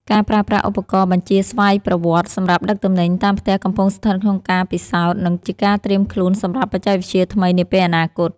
ការប្រើប្រាស់ឧបករណ៍បញ្ជាស្វ័យប្រវត្តិសម្រាប់ដឹកទំនិញតាមផ្ទះកំពុងស្ថិតក្នុងការពិសោធន៍ និង ជាការត្រៀមខ្លួនសម្រាប់បច្ចេកវិទ្យាថ្មីនាពេលអនាគត។